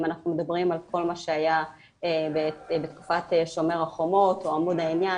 אם אנחנו מדברים על כל מה שהיה בתקופת "שומר החומות" או "עמוד ענן",